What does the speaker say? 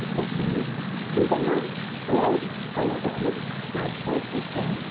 stitching ಇಂತಹ ಹಲವು ಕಲೆಗಳನ್ನು ಮಾಡ್ತಾಯಿರ್ತೇನೆ